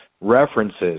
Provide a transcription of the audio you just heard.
references